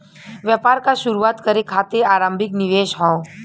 व्यापार क शुरू करे खातिर आरम्भिक निवेश हौ